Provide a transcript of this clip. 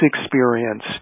experience